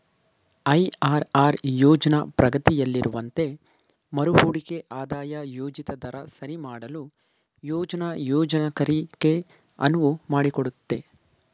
IRR ಯೋಜ್ನ ಪ್ರಗತಿಯಲ್ಲಿರುವಂತೆ ಮರುಹೂಡಿಕೆ ಆದಾಯ ಯೋಜಿತ ದರ ಸರಿಮಾಡಲು ಯೋಜ್ನ ಯೋಜಕರಿಗೆ ಅನುವು ಮಾಡಿಕೊಡುತ್ತೆ